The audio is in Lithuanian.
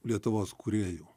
lietuvos kūrėjų